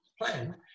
plan